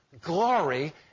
Glory